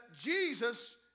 Jesus